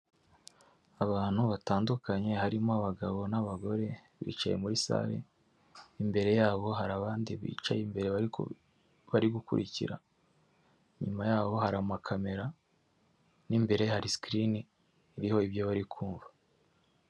Abantu batandukanye harimo abagabo n'abagore bicaye muri sare, imbere yabo hari abandi bicaye imbere bari gukurikira, inyuma yabo hari amakamera n'imbere hari sikirini iriho ibyo bari kumva.